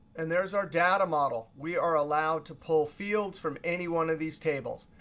and there's our data model. we are allowed to pull fields from any one of these tables.